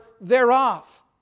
thereof